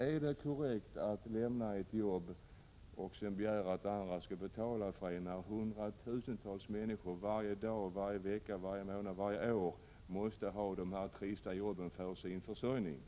Är det korrekt att lämna ett jobb och begära att andra skall betala, när hundratusentals människor varje dag, varje vecka, varje månad och varje år måste ha dessa trista jobb för sin försörjning?